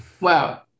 Wow